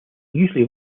usually